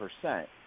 percent